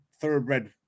thoroughbred